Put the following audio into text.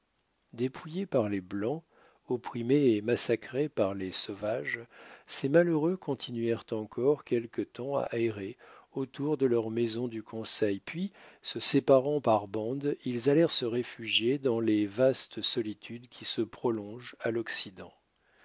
dépouillés par les blancs opprimés et massacrés par les sauvages ces malheureux continuèrent encore quelque temps à errer autour de leur maison du conseil puis se séparant par bandes ils allèrent se réfugier dans les vastes solitudes qui se prolongent à l'occident